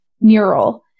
mural